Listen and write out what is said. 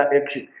action